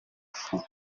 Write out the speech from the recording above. fou